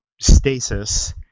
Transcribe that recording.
stasis